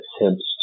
attempts